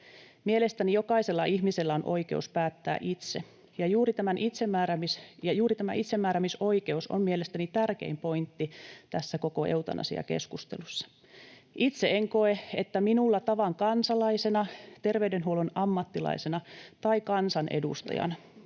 Mielestäni jokaisella ihmisellä on oikeus päättää itse, ja juuri tämä itsemääräämisoikeus on mielestäni tärkein pointti tässä koko eutanasiakeskustelussa. Itse en koe, että minulla tavan kansalaisena, terveydenhuollon ammattilaisena tai kansanedustajana